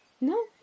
No